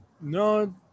no